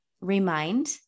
remind